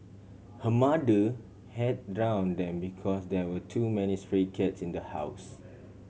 her mother had drown them because there were too many stray cats in the house